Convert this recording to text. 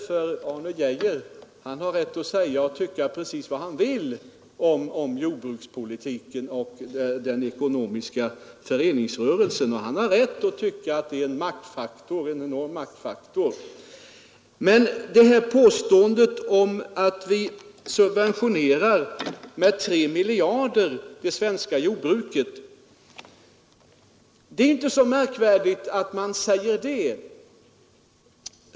Herr Arne Geijer har rätt att säga och tycka vad han vill om jordbrukspolitiken och om den ekonomiska föreningsrörelsen. Han har rätt att tycka att den är en enorm maktfaktor. Det här påståendet att vi subventionerar det svenska jordbruket med 3 miljarder, det är inte så märkvärdigt.